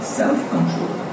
self-control